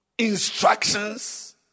instructions